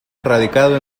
radicado